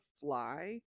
fly